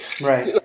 Right